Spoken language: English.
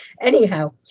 Anyhow